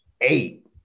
eight